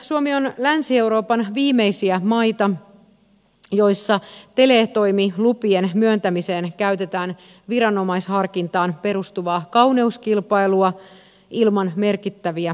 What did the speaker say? suomi on länsi euroopan viimeisiä maita joissa teletoimilupien myöntämiseen käytetään viranomaisharkintaan perustuvaa kauneuskilpailua ilman merkittäviä maksuja